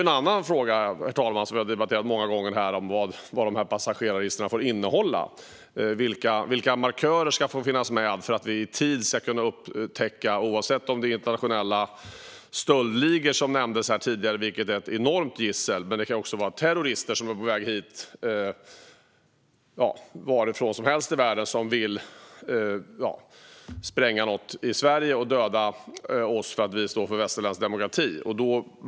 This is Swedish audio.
En annan fråga, herr talman, som vi har debatterat många gånger här är vad passagerarregistren får innehålla och vilka markörer som ska få finnas med för att vi i tid ska kunna upptäcka till exempel internationella stöldligor, som nämndes här tidigare och som kan vara ett enormt gissel, eller terrorister varifrån som helst i världen som vill spränga något i Sverige och döda oss för att vi står för västerländsk demokrati.